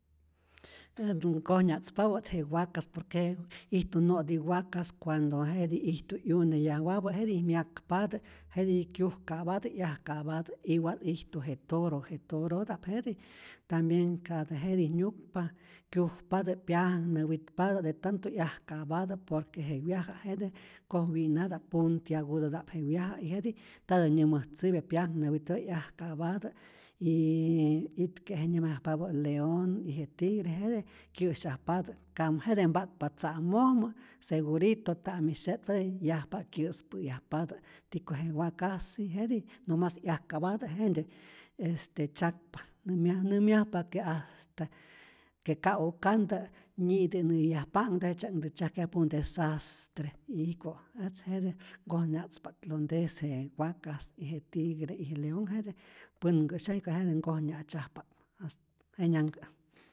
Äj nkojnya'tzpapä't je waka por que ijtu no'tip wakas, cuando jetij ijtu 'yune yawapä jetij myakpatä, jetij kyujka'patä 'yajka'patä, igual ijtu je toro, je torota'p jete tambien katä jetij nyukpa kyujpatä, pyanhnäwitpatä de tanto 'yajka'patä, por que je wyaja' jete koj wyi'nata'p, puntiagudota'p je wyaja y jetij ntatä nyämäjtzäpya pyanhnäwitpatä 'yajka'patä, yyy itke je nyäjmayajpapä leon y je tigre, jete kyä'syajpatä, kam jete mpa'tpa tza'mojmä segurito nta'mij sye'tpa, jetij yajpa kyä'spä'yajpatä, tiko je wakasi jetij nomas 'yajka'patä jentyä este tzyakpa, näma nämyajpa que hasta que ka'ukantä nyi'tänäyajpa'knhtä, jejtzye'knhtä tzyajkyajpa un desastre, y jiko' ät jete nkojnya'tzpa't, donde es je vaca y je tigre y je leon, jete nkoj nya'tzajpa't, äj jenyanhkä'.